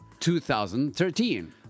2013